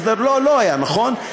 הסדר לא, לא היה, נכון?